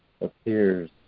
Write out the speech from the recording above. appears